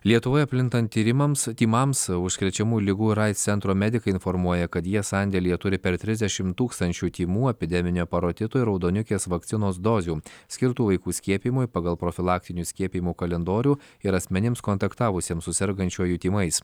lietuvoje plintant tyrimams tymams užkrečiamų ligų ir aids centro medikai informuoja kad jie sandėlyje turi per trisdešimt tūkstančių tymų epideminio parotito ir raudonukės vakcinos dozių skirtų vaikų skiepijimui pagal profilaktinių skiepijimų kalendorių ir asmenims kontaktavusiems su sergančiuoju tymais